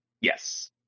Yes